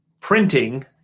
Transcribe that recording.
printing